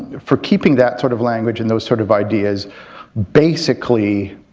for keeping that sort of language and those sort of ideas basically